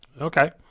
Okay